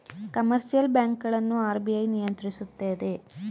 commercial bank ಗಳನ್ನು RBI ನಿಯಂತ್ರಿಸುತ್ತದೆ